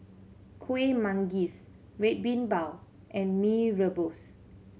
Kuih Manggis Red Bean Bao and Mee Rebus